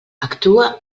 actua